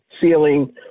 ceiling